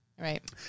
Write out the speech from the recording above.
Right